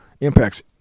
Impact's